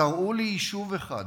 תראו לי יישוב אחד